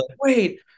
wait